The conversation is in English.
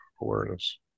awareness